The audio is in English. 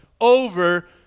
over